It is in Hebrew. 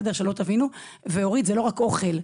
זה לא רק אוכל,